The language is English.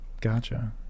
Gotcha